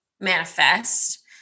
manifest